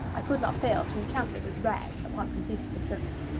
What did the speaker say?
i could not fail to encounter this rag upon completing the circuit.